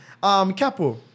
Capo